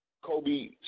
Kobe